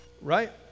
Right